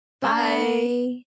Bye